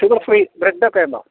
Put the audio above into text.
sugar free bread ഒക്കെ ഉണ്ടോ